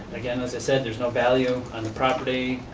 again as i said, there's no value on the property.